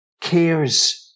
cares